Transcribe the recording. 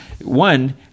one